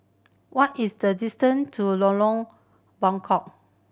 what is the distant to Lorong Bengkok